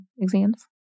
exams